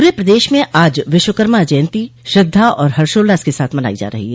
पूरे प्रदेश में आज विश्वकर्मा जयन्ती श्रद्धा और हर्षोल्लास के साथ मनाई जा रही है